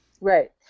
right